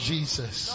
Jesus